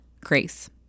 Grace